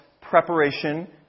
preparation